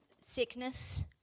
sickness